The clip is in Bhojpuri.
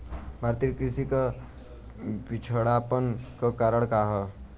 भारतीय कृषि क पिछड़ापन क कारण का ह?